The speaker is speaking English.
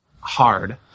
Hard